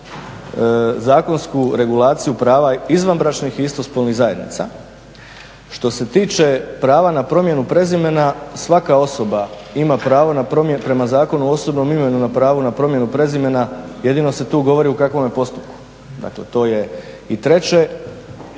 zakonsku regulaciju prava izvanbračnih i istospolnih zajednica. Što se tiče prava na promjenu prezimena, svaka osoba prema Zakonu o osobnom imenu ima pravo na promjenu prezimena, jedino se tu govori u kakvome postupku. I treće,